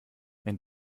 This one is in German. wenn